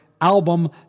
album